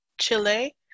Chile